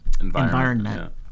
environment